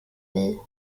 will